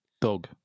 Dog